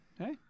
okay